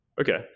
Okay